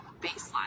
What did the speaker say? baseline